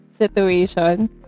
Situation